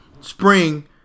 spring